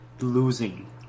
losing